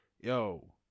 yo